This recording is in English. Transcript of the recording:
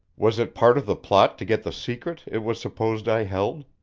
was it part of the plot to get the secret it was supposed i held?